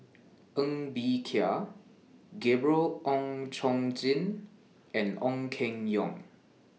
Ng Bee Kia Gabriel Oon Chong Jin and Ong Keng Yong